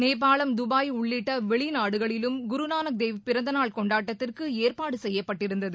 நேபாளம் Dubai உள்ளிட்ட வெளிநாடுகளிலும் குருநானக் தேவ் பிறந்தநாள் கொண்டாட்டத்திற்கு ஏற்பாடு செய்யப்பட்டிருந்தது